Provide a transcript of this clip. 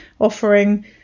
offering